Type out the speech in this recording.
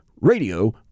Radio